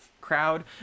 crowd